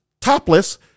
topless